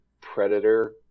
predator